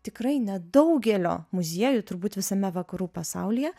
tikrai nedaugelio muziejų turbūt visame vakarų pasaulyje